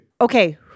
Okay